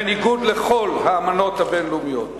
בניגוד לכל האמנות הבין-לאומיות.